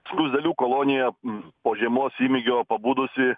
skruzdėlių kolonija po žiemos įmygio pabudusi